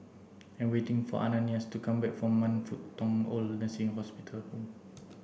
I'm waiting for Ananias to come back from Man Fut Tong OId Nursing Hospital Home